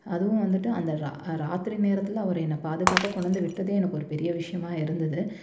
அதுவும் வந்துட்டு அந்த ரா ராத்திரி நேரத்தில் அவர் என்ன பாதுகாப்பாக கொண்டு வந்து விட்டதே எனக்கு ஒரு பெரிய விஷியமாக இருந்தது